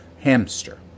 hamster